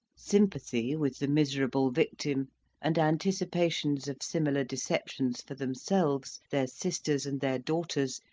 sympathy with the miserable victim and anticipations of similar deceptions for themselves, their sisters, and their daughters,